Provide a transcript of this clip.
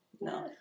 No